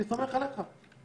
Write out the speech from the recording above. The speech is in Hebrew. אני אקריא את ההסתייגות.